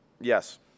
Yes